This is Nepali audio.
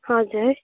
हजुर